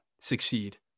succeed